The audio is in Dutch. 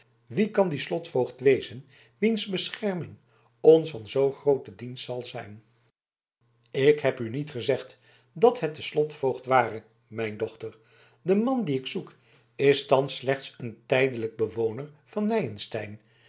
wie kan die slotvoogd wezen wiens bescherming ons van zoo grooten dienst zal zijn ik heb u niet gezegd dat het de slotvoogd ware mijn dochter de man dien ik zoek is thans slechts een tijdelijke bewoner van nyenstein